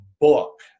book